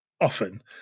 Often